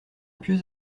pieux